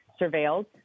surveilled